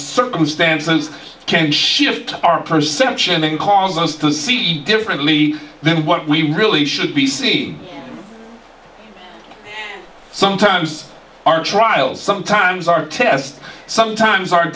circumstances can shift our perception and cause us to see differently then what we really should be seeing sometimes our trials sometimes our tests sometimes aren't